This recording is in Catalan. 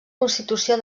constitució